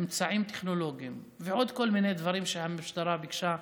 אמצעים טכנולוגיים ועוד כל מיני דברים שהמשטרה ביקשה וקיבלה.